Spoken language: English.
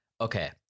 Okay